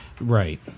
Right